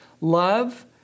Love